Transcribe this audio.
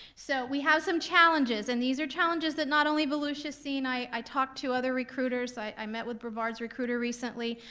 so we have some challenges, and these are challenges that not only volusia's seen. i talk to other recruiters, i met with brevar's recruiter recently.